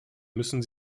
müssen